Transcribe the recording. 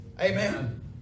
Amen